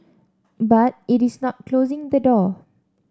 but it is not closing the door